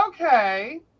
Okay